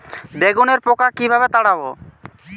বেগুনের পোকা কিভাবে তাড়াব?